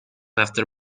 after